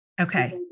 Okay